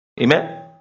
Amen